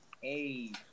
Hey